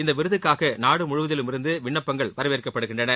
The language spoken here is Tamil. இந்த விருதுக்காக நாடு முழுவதுதிலுமிருந்து விண்ணப்பங்கள் வரவேற்கப்படுகின்றன